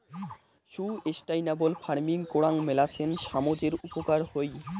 sustainable farming করাং মেলাছেন সামজের উপকার হই